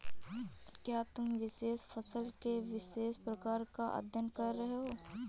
क्या तुम विशेष फसल के विशेष प्रकार का अध्ययन कर रहे हो?